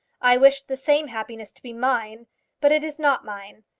i wished the same happiness to be mine but it is not mine.